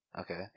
Okay